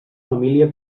família